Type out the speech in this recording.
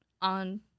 on